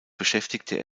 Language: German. beschäftigte